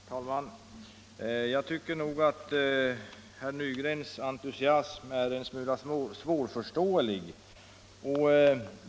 Herr talman! Jag tycker nog att herr Nygrens entusiasm är en smula svårförståelig.